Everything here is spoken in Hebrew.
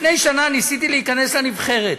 לפני שנה ניסיתי להיכנס לנבחרת,